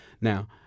Now